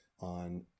on